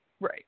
Right